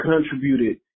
contributed